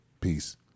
Peace